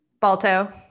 Balto